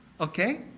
okay